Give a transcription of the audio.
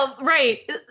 right